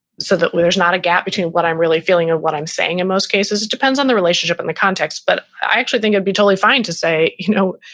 so that there's not a gap between what i'm really feeling or what i'm saying in most cases, it depends on the relationship and the context, but i actually think it'd be totally fine to say, you know